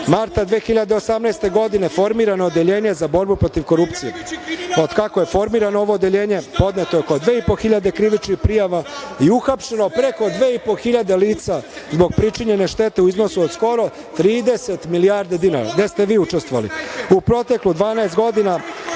marta 2018. godine formirano je odeljenje za borbu protiv korupcije. Od kako je formirano ovo odeljenje podneto je oko 2.500 hiljada krivičnih prijava i uhapšeno preko 2.500 hiljada lica zbog pričinjene štete u iznosu od skoro 30 milijardi dinara, gde ste i vi učestvovali.U proteklih 12 godina